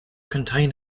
contain